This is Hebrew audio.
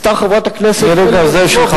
עשתה חברת הכנסת שלי יחימוביץ,